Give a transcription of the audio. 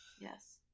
Yes